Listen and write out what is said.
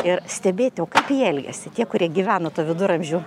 ir stebėti o kaip jie elgiasi tie kurie gyveno ta viduramžių